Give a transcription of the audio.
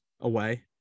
away